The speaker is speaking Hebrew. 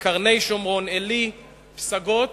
קרני-שומרון, עלי, פסגות,